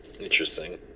Interesting